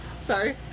Sorry